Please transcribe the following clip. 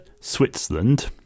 Switzerland